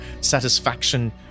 satisfaction